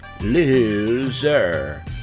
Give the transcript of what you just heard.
Loser